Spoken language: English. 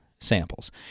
samples